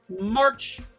march